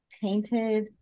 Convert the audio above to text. painted